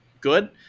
good